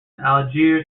algiers